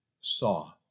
saw